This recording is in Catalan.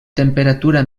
temperatura